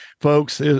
folks